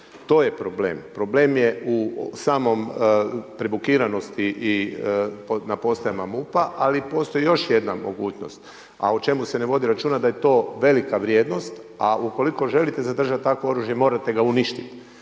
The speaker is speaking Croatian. to je problem. Problem je u samom prebukiranosti i na postajama MUP-a ali postoji još jedna mogućnost, a o čemu se ne vodi računa da je to velika vrijednost, a u koliko želite zadržati takvo oružje morate ga uništit.